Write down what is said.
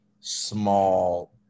small